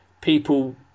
people